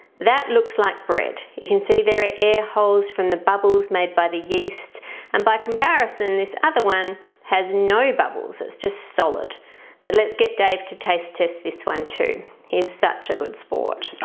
that looks like bread you can see there are air holes from the bubbles made by the yeast and by comparison this other one has no bubbles it's just solid but let's get dave to taste test this one too he's such a good sport